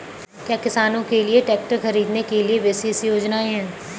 क्या किसानों के लिए ट्रैक्टर खरीदने के लिए विशेष योजनाएं हैं?